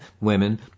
women